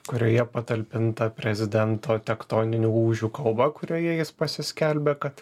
kurioje patalpinta prezidento tektoninių lūžių kalba kurioje jis pasiskelbė kad